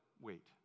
wait